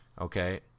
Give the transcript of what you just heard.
Okay